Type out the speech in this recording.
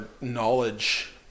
knowledge